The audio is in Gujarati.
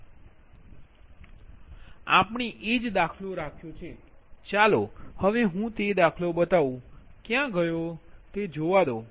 તેથી આપણે એ જ દાખલો રાખ્યો છે ચાલો હવે હું તે દાખલો બતાવુ ક્યાં ગયો તે જોવા દો